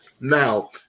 Now